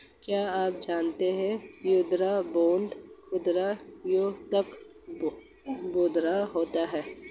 क्या आप जानते है युद्ध बांड खुदरा या थोक बांड होते है?